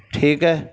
ਠੀਕ ਹੈ